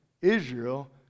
Israel